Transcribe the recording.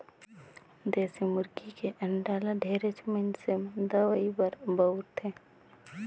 देसी मुरगी के अंडा ल ढेरेच मइनसे मन दवई बर बउरथे